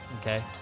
Okay